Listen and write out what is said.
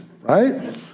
right